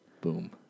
Boom